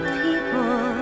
people